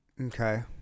Okay